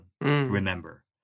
Remember